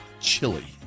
chili